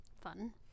fun